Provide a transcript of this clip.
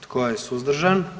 Tko je suzdržan?